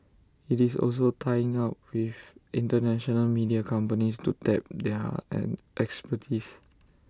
IT is also tying up with International media companies to tap their an expertise